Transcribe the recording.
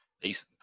Peace